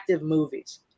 movies